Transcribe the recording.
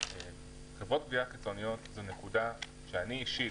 חברות גבייה פרטיות זו סוגיה שאני אישית,